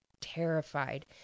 terrified